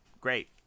great